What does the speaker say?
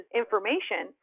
information